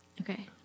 Okay